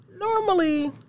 normally